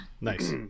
Nice